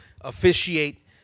officiate